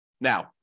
Now